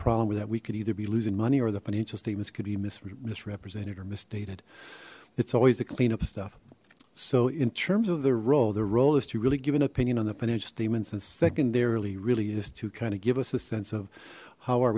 problem with that we could either be losing money or the financial statements could be misrepresented or misstated it's always the cleanup stuff so in terms of their role their role is to really give an opinion on the financial statements and secondarily really is to kind of give us a sense of how are